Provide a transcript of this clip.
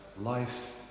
life